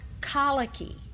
colicky